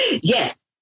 Yes